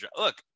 Look